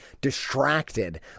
distracted